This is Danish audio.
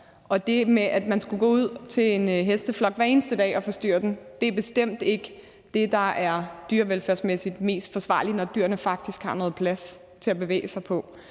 det med, at man skulle gå ud til en hesteflok hver eneste dag og forstyrre den, er bestemt ikke det, der er dyrevelfærdsmæssigt mest forsvarligt, når dyrene faktisk har noget plads til at bevæge sig på.